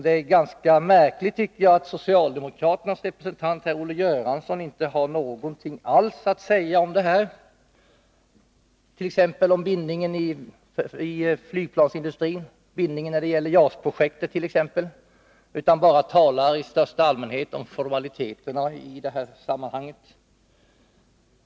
Det är ganska märkligt, tycker jag, att socialdemokraternas representant Olle Göransson inte har någonting alls att säga om bindningen i flygplansindustrin, t.ex. när det gäller JAS-projektet, utan bara talar i största allmänhet om formaliteterna i detta sammanhang.